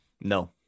No